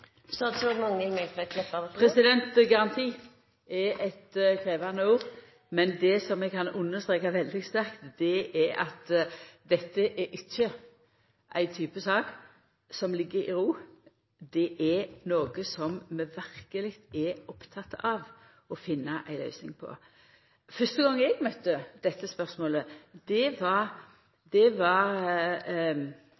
eit krevjande ord, men det eg kan understreka veldig sterkt, er at dette er ikkje ei type sak som ligg i ro. Det er noko som vi verkeleg er opptekne av å finna ei løysing på. Fyrste gongen eg møtte dette spørsmålet, var